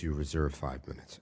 you reserve five minutes